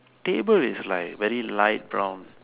table is like very light brown